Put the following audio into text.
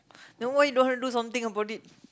then why you don't want to do something about it